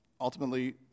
Ultimately